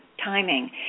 timing